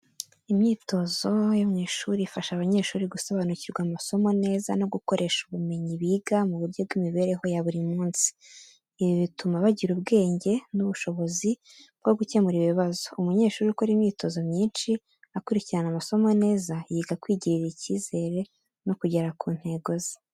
Imyitozo yo mu ishuri ifasha abanyeshuri gusobanukirwa amasomo neza no gukoresha ubumenyi biga mu buryo bw’imibereho ya buri munsi. Ibi bituma bagira ubwenge n’ubushobozi bwo gukemura ibibazo. Umunyeshuri uko akora imyitozo myinshi, akurikirana amasomo neza, yiga kwigirira icyizere, no kugera ku ntego ze.